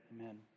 Amen